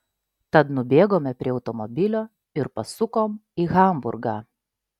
tad nubėgome prie automobilio ir pasukom į hamburgą